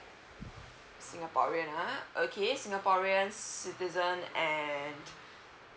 singaporean ah okay singaporean citizen and